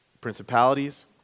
principalities